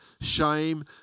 shame